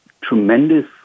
tremendous